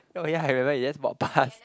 oh ya I remember he just walk past